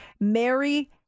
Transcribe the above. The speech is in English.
mary